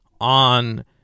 on